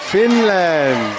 Finland